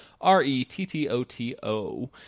r-e-t-t-o-t-o